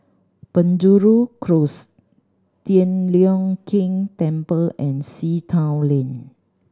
Penjuru Close Tian Leong Keng Temple and Sea Town Lane